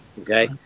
Okay